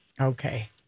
Okay